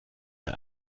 mir